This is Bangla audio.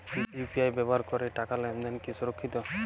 ইউ.পি.আই ব্যবহার করে টাকা লেনদেন কি সুরক্ষিত?